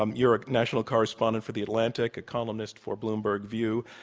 um you're a national correspondent for the atlantic, a columnist for bloomberg view.